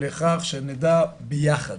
לכך שנדע ביחד